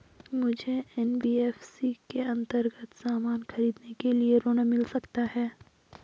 मुझे एन.बी.एफ.सी के अन्तर्गत सामान खरीदने के लिए ऋण मिल सकता है?